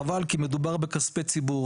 חבל, כי מדובר בכספי ציבור.